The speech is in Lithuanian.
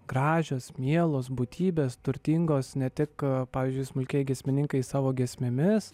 gražios mielos būtybės turtingos ne tik pavyzdžiui smulkieji giesmininkai savo giesmėmis